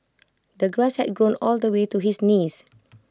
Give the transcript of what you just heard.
the grass had grown all the way to his knees